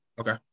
Okay